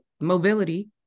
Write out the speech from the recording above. mobility